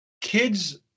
kids